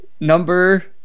Number